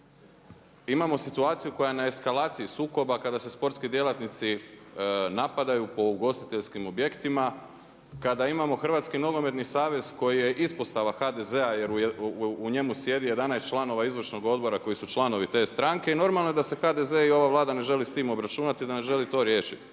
imamo situaciju koja je na eskalaciji sukoba kada se sportski djelatnici napadaju po ugostiteljskim objektima, kada imamo Hrvatski nogometni savez koji je ispostava HDZ-a jer u njemu sjedi 11 članova izvršnog odbora koji su članovi te stranke i normalno je da se HDZ i ova Vlada ne želi s time obračunati, da ne želi to riješiti.